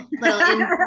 little